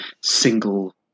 single